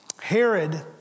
Herod